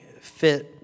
fit